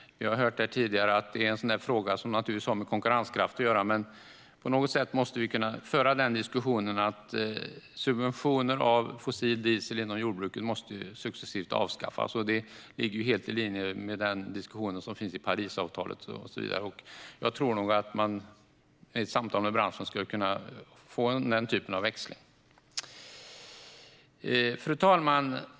Vi har tidigare hört att det är en fråga som har med konkurrenskraft att göra, men på något sätt måste vi kunna föra en diskussion om att subventioner av fossil diesel inom jordbruket successivt måste avskaffas. Det ligger helt i linje med den diskussion som finns i Parisavtalet, och jag tror nog att man skulle kunna föra samtal med branschen om den typen av växling. Fru talman!